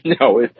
No